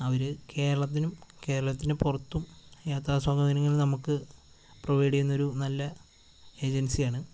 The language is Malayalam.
അവർ കേരളത്തിനും കേരളത്തിന് പുറത്തും യാത്രാസൗകര്യങ്ങൾ നമുക്ക് പ്രൊവൈഡ് ചെയ്യുന്നൊരു നല്ല ഏജൻസിയാണ്